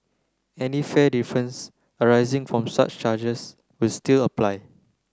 any fare difference arising from such charges will still apply